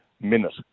minute